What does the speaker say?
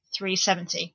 370